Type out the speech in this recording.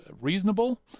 reasonable